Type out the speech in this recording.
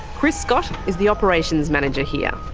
chris scott is the operations manager here.